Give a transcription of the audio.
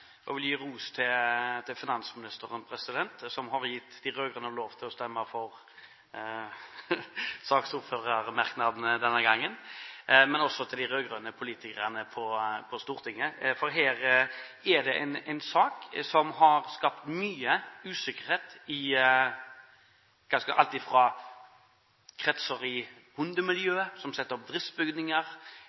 jeg gi ros til forslagsstillerne, og jeg vil gi ros til finansministeren, som denne gangen har gitt de rød-grønne lov til å stemme for saksordførermerknadene, og også til de rød-grønne politikerne på Stortinget. Dette er en sak som har skapt mye usikkerhet, alt fra kretser i bondemiljøet, som setter opp driftsbygninger